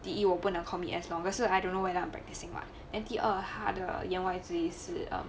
第一我不能 commit as long also I don't know whether I'm practicing lah then 第二他的言外之意是 um